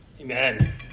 Amen